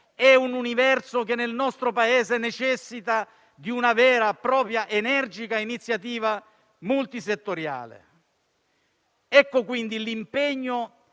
è un universo che nel nostro Paese necessita di una vera e propria energica iniziativa multisettoriale. Di qui l'impegno